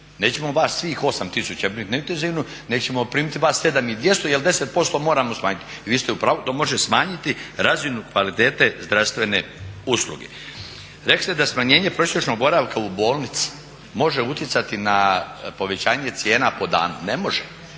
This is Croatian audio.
nećemo vas svih 8 tisuća zbrinuti na intenzivnu, nego ćemo primiti vas 7200 jel 10% moramo smanjiti. I vi ste u pravu, to može smanjiti razinu kvalitete zdravstvene usluge. Rekli ste da smanjenje prosječnog boravka u bolnici može utjecati na povećanje cijena po danu. Ne može